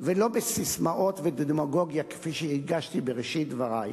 ולא בססמאות ודמגוגיה כפי שהדגשתי בראשית דברי,